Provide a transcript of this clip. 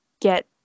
get